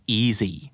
easy